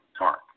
dark